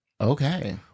Okay